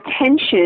attention